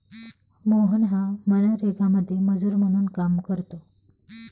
मोहन हा मनरेगामध्ये मजूर म्हणून काम करतो